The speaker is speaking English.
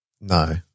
No